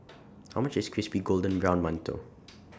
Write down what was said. How much IS Crispy Golden Brown mantou